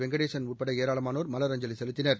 வெங்கடேசன் உட்பட ஏராளமானோர் மலரஞ்சலி செலுத்தினர்